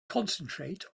concentrate